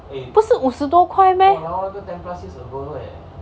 不是五十多块 meh